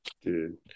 dude